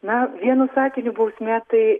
na vienu sakiniu bausmė tai